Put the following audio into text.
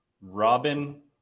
Robin